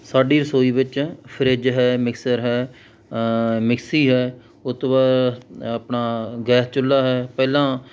ਸਾਡੀ ਰਸੋਈ ਵਿੱਚ ਫਰਿੱਜ ਹੈ ਮਿਕਸਰ ਹੈ ਮਿਕਸੀ ਹੈ ਉਹ ਤੋਂ ਬਾਅਦ ਆਪਣਾ ਗੈਸ ਚੁੱਲ੍ਹਾ ਹੈ ਪਹਿਲਾਂ